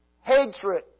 hatred